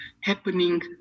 happening